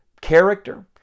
character